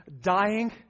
dying